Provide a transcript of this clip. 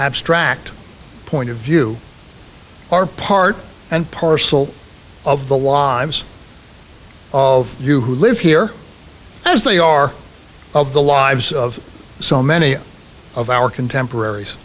abstract point of view are part and parcel of the lives of you who live here as they are of the lives of so many of our contemporaries